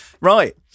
Right